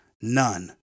None